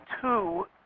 two